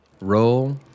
roll